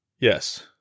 Yes